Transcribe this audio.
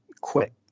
quick